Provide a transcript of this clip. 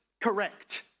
correct